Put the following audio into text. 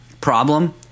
problem